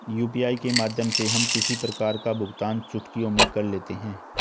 UPI के माध्यम से हम किसी प्रकार का भुगतान चुटकियों में कर लेते हैं